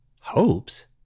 Hopes